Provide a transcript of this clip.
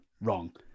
Wrong